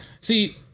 See